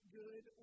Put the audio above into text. good